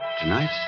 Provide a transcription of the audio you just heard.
Tonight